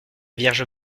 vierge